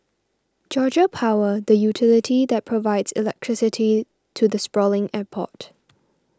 Georgia Power the utility that provides electricity to the sprawling airport